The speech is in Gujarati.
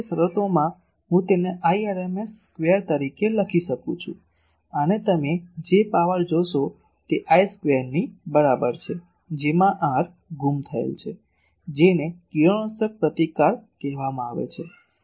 તેથી તે શરતોમાં હું તેને Irms સ્ક્વેર તરીકે લખી શકું છું અને તમે જે પાવર જોશો તે I સ્ક્વેરની બરાબર છે જેમાં r ગુમ થયેલ છે જેને કિરણોત્સર્ગ પ્રતિકાર કહેવામાં આવે છે